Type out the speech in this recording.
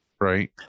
right